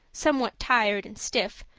somewhat tired and stiff,